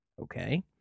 okay